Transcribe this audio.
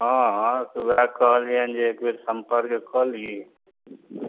हँ हँ तऽ ओहए कहलिअनि जे एक बेर सम्पर्क कऽ ली